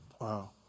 Wow